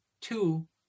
two